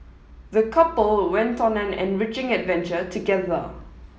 the couple went on an enriching adventure together